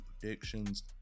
predictions